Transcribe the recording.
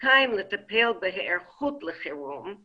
פוליטיקאים לטפל בהיערכות לחירום,